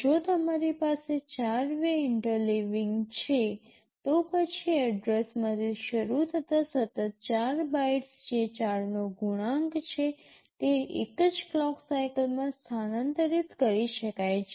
જો તમારી પાસે ૪ વે ઇન્ટરલીવિંગ છે તો પછી એડ્રેસમાંથી શરૂ થતા સતત ૪ બાઇટ્સ જે ૪ નો ગુણાંક છે તે એક જ ક્લોક સાઇકલ માં સ્થાનાંતરિત કરી શકાય છે